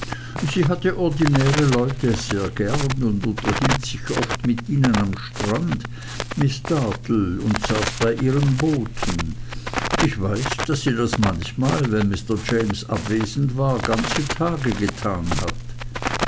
sie hatte ordinäre leute gern und unterhielt sich sehr oft mit ihnen am strande miß dartle und saß bei ihren booten ich weiß daß sie das manchmal wenn mr james abwesend war ganze tage getan hat